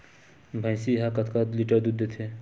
भंइसी हा कतका लीटर दूध देथे?